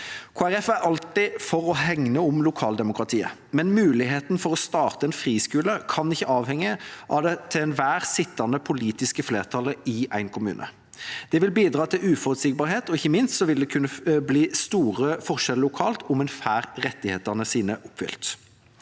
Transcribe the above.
er alltid for å hegne om lokaldemokratiet, men muligheten for å starte en friskole kan ikke avhenge av det til enhver tid sittende politiske flertallet i en kommune. Det vil bidra til uforutsigbarhet, og ikke minst vil det kunne bli store lokale forskjeller med hensyn til om en får rettighetene sine oppfylt.